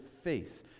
faith